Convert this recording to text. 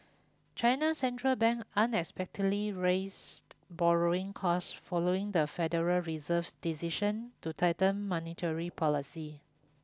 China central bank unexpectedly raised borrowing costs following the Federal Reserve's decision to tighten monetary policy